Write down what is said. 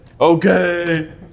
Okay